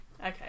Okay